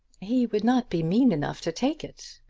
he would not be mean enough to take it.